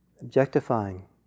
Objectifying